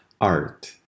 art